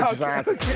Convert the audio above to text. ah scientist!